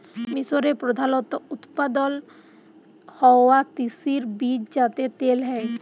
মিসরে প্রধালত উৎপাদল হ্য়ওয়া তিসির বীজ যাতে তেল হ্যয়